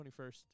21st